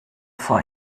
vor